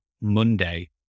Monday